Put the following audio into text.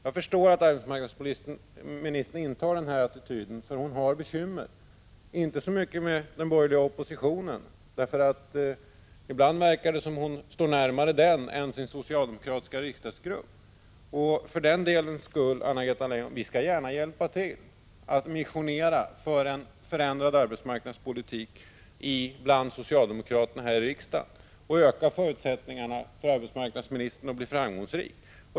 Jag förstår att arbetsmarknadsministern intar denna attityd, för hon har bekymmer — inte så mycket med den borgerliga oppositionen, för ibland verkar det som om hon står närmare den än sin socialdemokratiska riksdagsgrupp. För den skull, Anna-Greta Leijon, skall vi gärna hjälpa till att missionera för en förändrad arbetsmarknadspolitik bland socialdemokraterna här i riksdagen och öka förutsättningarna för arbetsmarknadsministern att bli framgångsrik.